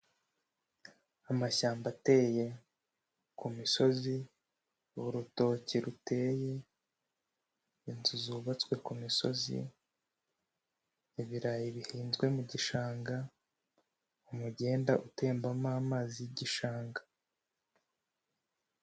Amashyamba ateye ku misozi, urutoki ruteye, inzu zubatswe ku misozi, ibirayi bihinzwe mu gishanga, umugenda utembamo amazi y'igishanga.